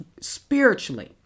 spiritually